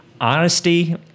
honesty